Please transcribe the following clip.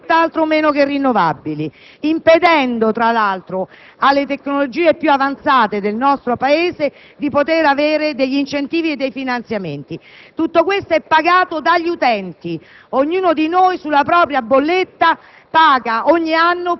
a fonti che sono tutto meno che rinnovabili, impedendo tra l'altro alle tecnologie più avanzate del nostro Paese di avere incentivi e finanziamenti. Tutto questo è pagato dagli utenti; ognuno di noi sulla propria bolletta